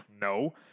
no